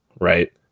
right